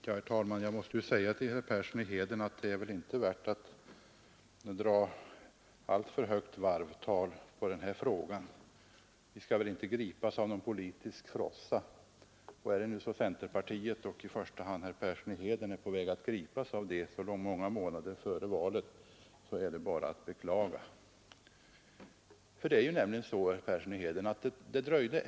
Herr talman! Jag vill säga till herr Persson i Heden att det väl inte är värt att dra upp varvtalet alltför högt i denna fråga, och vi skall väl inte gripas av politisk frossa. Om centerpartiet — i första hand då herr Persson i Heden — är på väg att gripas av sådan frossa fastän det ännu är många månader kvar till valet, så är det att beklaga.